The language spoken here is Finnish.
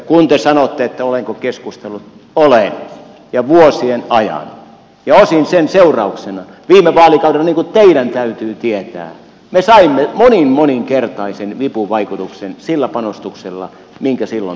kun te sanotte olenko keskustellut niin olen ja vuosien ajan ja osin sen seurauksena viime vaalikaudella niin kuin teidän täytyy tietää me saimme monin moninkertaisen vipuvaikutuksen sillä panostuksella minkä silloin teimme